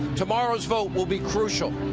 tomorrow's vote will be crucial.